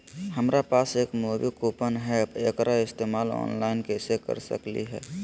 हमरा पास एक मूवी कूपन हई, एकरा इस्तेमाल ऑनलाइन कैसे कर सकली हई?